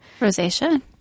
Rosacea